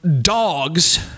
dogs